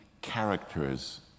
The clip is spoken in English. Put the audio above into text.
characters